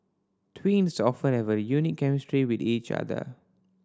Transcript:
twins often have a unique chemistry with each other